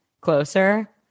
closer